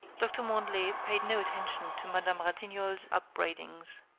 doctor mandelet paid no attention to madame ratignolle's upbraidings.